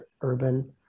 urban